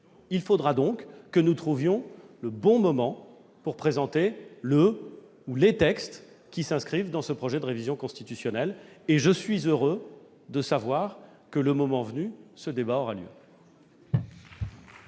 Il faudra donc que nous trouvions le bon moment pour présenter le ou les textes qui s'inscrivent dans ce projet de révision constitutionnelle, et je suis heureux de savoir que, le moment venu, ce débat aura lieu.